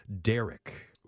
Derek